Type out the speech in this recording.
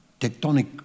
tectonic